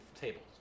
tables